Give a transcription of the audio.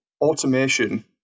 automation